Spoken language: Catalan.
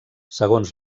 segons